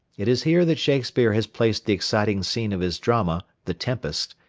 it is here that shakespeare has placed the exciting scene of his drama, the tempest,